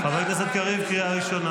חבר הכנסת קריב, קריאה ראשונה.